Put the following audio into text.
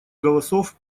голосов